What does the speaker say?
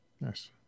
Nice